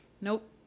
Nope